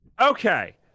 okay